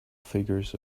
figures